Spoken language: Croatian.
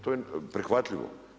To je prihvatljivo.